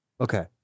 Okay